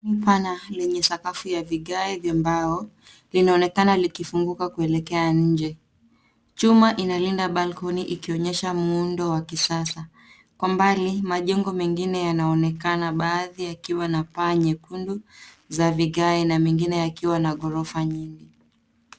Ni pana lenye sakafu ya vigae vya mbao. Linaonekana likifunguka kuelekea nje. Chuma inalinda balkoni ikionyesha muundo wa kisasa. Kwa mbali, majengo mengine yanaonekana baadhi yakiwa na paa nyekundu za vigae na mengine yakiwa na ghorofa nyingi.